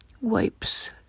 wipes